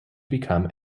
become